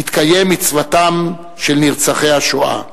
תתקיים מצוותם של נרצחי השואה.